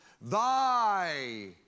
Thy